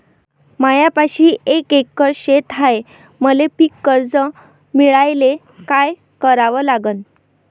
मायापाशी एक एकर शेत हाये, मले पीककर्ज मिळायले काय करावं लागन?